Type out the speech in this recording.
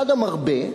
אחד המרבה,